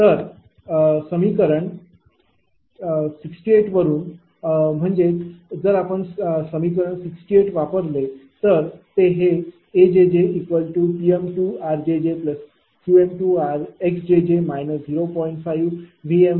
तर समीकरण 68 वरून म्हणजे जर आपण समीकरण 68 वर गेलो तर हे आपले समीकरण 68 आपण ते Ajj Pm2rjj Qm2xjj 0